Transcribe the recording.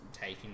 taking